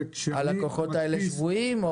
הלקוחות האלה שבויים?